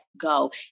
go